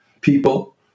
people